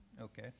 Okay